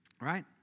Right